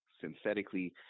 synthetically